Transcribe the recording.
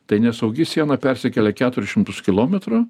tai nesaugi siena persikelia keturis šimtus kilometrų